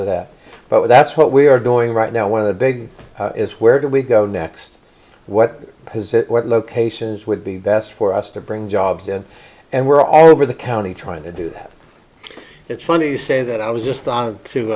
to that but that's what we are going right now one of the big is where do we go next what locations would be best for us to bring jobs in and we're already the county trying to do that it's funny you say that i was just on to